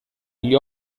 gli